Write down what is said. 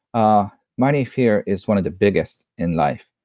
ah money fear is one of the biggest in life,